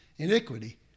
Iniquity